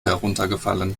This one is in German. heruntergefallen